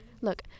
look